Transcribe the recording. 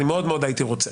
אני מאוד מאוד הייתי רוצה.